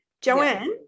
Joanne